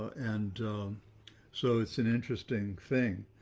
and so it's an interesting thing.